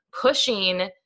pushing